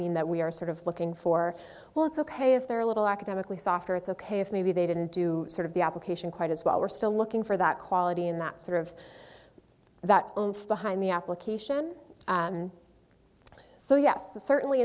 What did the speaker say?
mean that we are sort of looking for well it's ok if they're a little academically softer it's ok if maybe they didn't do sort of the application quite as well we're still looking for that quality and that sort of that owns the high and the application so yes the certainly